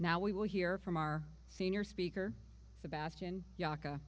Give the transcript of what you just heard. now we will hear from our senior speaker sebastian y